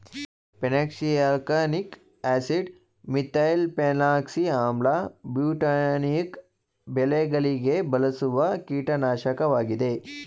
phenoxyalkanoic acid, methylphenoxy ಆಮ್ಲ, butanoic ಬೆಳೆಗಳಿಗೆ ಬಳಸುವ ಕೀಟನಾಶಕವಾಗಿದೆ